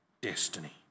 destiny